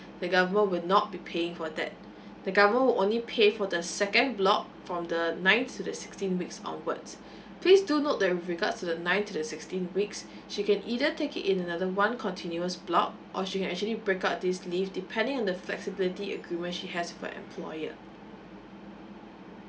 the government will not be paying for that the government will only pay for the second block from the ninth to the sixteenth weeks onwards please do note that with regards to the ninth to the sixteenth weeks she can either take it in another one continuous block or she actually break up this leave depending on the flexibility agreement she has with her employer